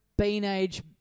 Beanage